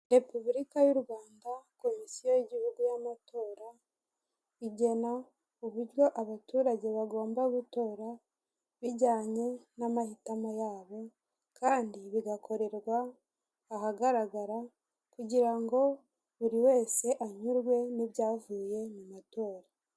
Repubulika y' u Rwanda komisiyo y'igihugu y'amatora igena uburyo abaturage bagomba gutora bijyanye n'amahitamo yabo kandi bigakorerwa ahagaragara kugira ngo buri wese anyurwe n'ibyavuye mu matora.